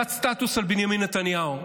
--- סטטוס על בנימין נתניהו,